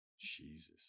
Jesus